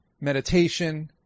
meditation